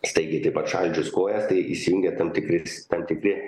staigiai taip atšaldžius kojas tai įsijungia tam tikri tam tikri